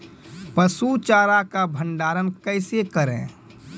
पसु चारा का भंडारण कैसे करें?